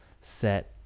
set